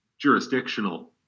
jurisdictional